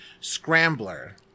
scrambler